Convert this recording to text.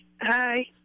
Hi